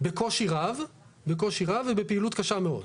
בקושי רב ובפעילות קשה מאוד.